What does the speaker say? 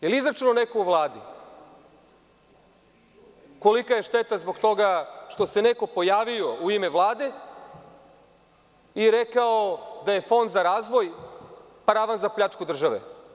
Da li je izračunao neko u Vladi kolika je šteta zbog toga što se neko pojavio u ime Vlade i rekao da je Fond za razvoj paravan za pljačku države?